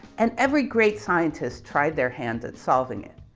and every great scientist tried their hand at solving it.